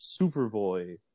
Superboy